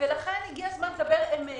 לכן הגיע הזמן לומר אמת.